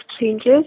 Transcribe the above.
changes